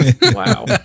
wow